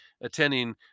attending